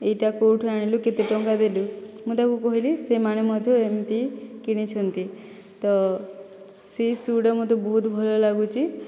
ଏଇଟା କେଉଁଠୁ ଆଣିଲୁ କେତେ ଟଙ୍କା ଦେଲୁ ମୁଁ ତାକୁ କହିଲି ସେମାନେ ମଧ୍ୟ ଏମିତି କିଣିଛନ୍ତି ତ ସେଇ ଶୂ'ଟା ମୋତେ ବହୁତ ଭଲ ଲାଗୁଚି